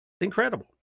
incredible